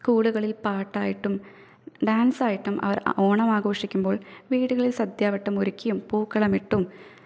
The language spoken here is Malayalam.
സ്കൂളുകളിൽ പാട്ടായിട്ടും ഡാൻസായിട്ടും അവർ ഓണാഘോഷിക്കുമ്പോൾ വീടുകളിൽ സന്ധ്യാവട്ടം ഒരുക്കിയും പൂക്കളും ഇട്ടും